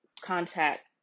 Contact